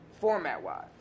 format-wise